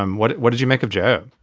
um what what did you make of joe?